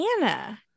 Anna